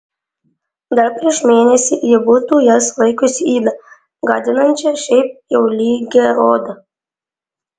dar prieš mėnesį ji būtų jas laikiusi yda gadinančia šiaip jau lygią odą